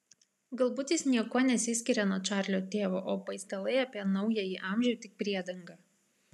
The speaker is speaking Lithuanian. galbūt jis niekuo nesiskiria nuo čarlio tėvo o paistalai apie naująjį amžių tik priedanga